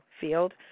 field